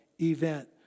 event